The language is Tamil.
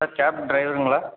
sir cab ட்ரைவருங்களா